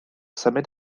symud